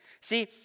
See